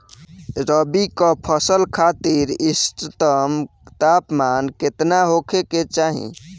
रबी क फसल खातिर इष्टतम तापमान केतना होखे के चाही?